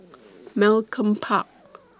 Malcolm Park